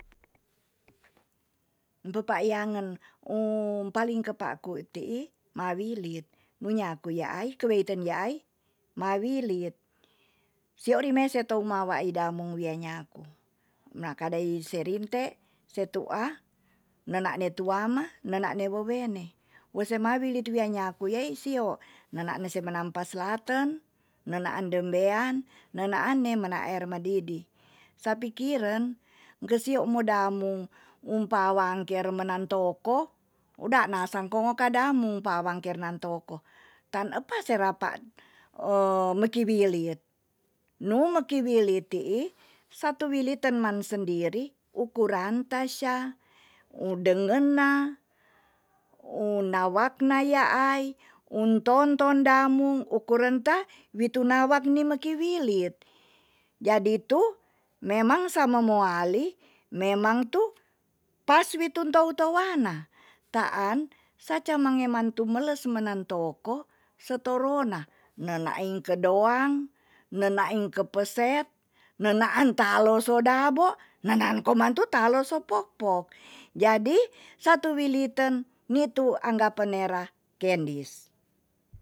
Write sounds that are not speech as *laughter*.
Pepayangen um paling kepak ku ti'i ma wilit. nu nyaku yaai keweiten nyaai ma wilit. sio rimei se tou ma wai damung wia nyaku. maka dai se rinte, se tu'a, nena ne tuama, nena ne wowene. wo se mawili tu wia nyaku wei sio, ne naan se menang paslaten, nena an dembean, nen aan ne mena aermadidi. sa pikiren ke sio mo damung umpa wangker menan toko, uda na sangkongo kadamu pa wangker nan toko. tan epaserap *hesitation* mekiwilit nu mekiwilit ti'i, satu wiliten man sendiri ukuran ta sya udengena, un wakna yaai, um tonton damung ukuran ta, witunawak ni mekiwilt. jadi tu memang sama mowali, memang tu pas witu tou touwana, taan saca mangeman tumeles menan toko se toro na. ne nain kedoan, ne nain kepeset, nena an talo so dabo, nena an komang tu talo so pok pok. jadi satu wiliten ni tu anggape nera kendis.